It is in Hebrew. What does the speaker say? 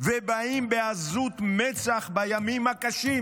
ובאים בעזות מצח בימים הקשים